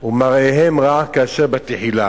ומראיהן רע כאשר בתחילה.